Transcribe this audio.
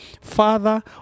father